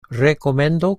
rekomendo